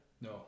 no